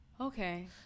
okay